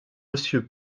monsieur